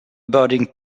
burning